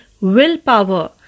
willpower